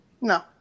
No